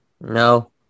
No